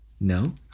No